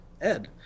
Ed